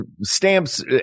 stamps